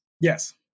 Yes